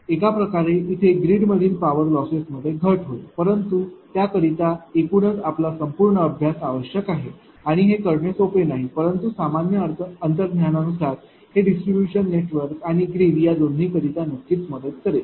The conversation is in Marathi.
तर एका प्रकारे इथे ग्रीडमधील पॉवर लॉसेसमध्ये घट होईल परंतु त्याकरिता एकूणच आपला संपूर्ण अभ्यास आवश्यक आहे आणि हे करणे सोपे नाही परंतु सामान्य अंतर्ज्ञानानुसार हे डिस्ट्रीब्यूशन नेटवर्क आणि ग्रीड या दोन्ही करिता नक्कीच मदत करेल